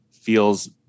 feels